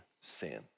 sin